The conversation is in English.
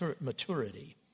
maturity